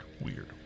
weird